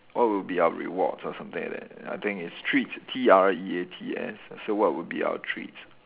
what would be our rewards or something like that I think it's treats T R E A T S so what would be our treats